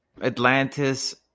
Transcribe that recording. Atlantis